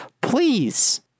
please